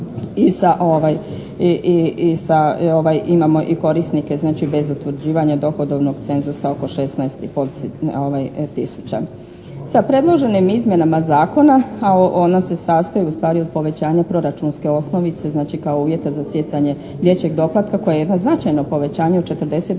I sa imamo korisnike znači bez utvrđivanja dohodovnog cenzusa oko 16 i pol tisuća. Sa predloženim izmjenama zakona a ono se sastoji ustvari od povećanja proračunske osnovice kao uvjeta za stjecanje dječjeg doplatka kao jedno značajno povećanje od 40-50%